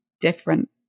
different